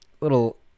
little